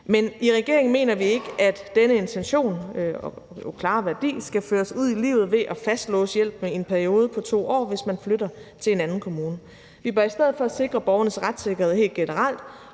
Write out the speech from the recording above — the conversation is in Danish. Men i regeringen mener vi ikke, at denne intention og klare værdi skal føres ud i livet ved at fastlåse hjælpen i en periode på 2 år, hvis man flytter til en anden kommune. Vi bør i stedet for sikre borgernes retssikkerhed helt generelt,